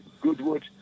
Goodwood